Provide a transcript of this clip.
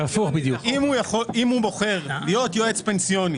להיות יועץ פנסיוני,